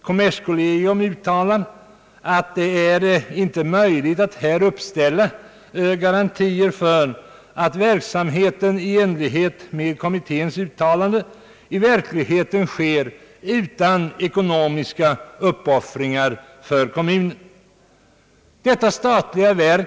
Kommerskollegium uttalar att det inte är möjligt att här uppställa garantier för att verksamheten i enlighet med kommitténs uttalande i realiteten sker utan ekonomiska uppoffringar för kommunerna.